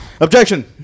objection